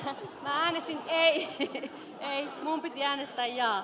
sen äiti hei hei äänistä ja